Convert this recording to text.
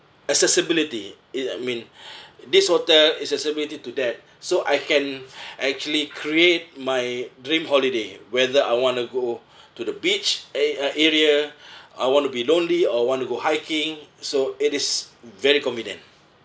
accessibility it I mean this hotel is accessibility to that so I can actually create my dream holiday whether I want to go to the beach a~ uh area I want to be lonely or want to go hiking so it is very convenient